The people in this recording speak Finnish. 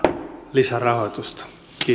lisärahoitusta